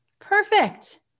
Perfect